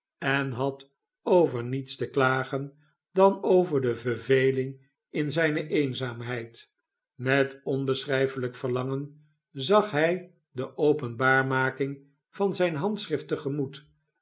en had over niets te klagen dan over de verveling in zijne eenzaamheid met onbeschrijfelijk verlangen zag hij de openbaarmaking van zijn handschrift